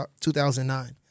2009